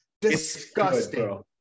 Disgusting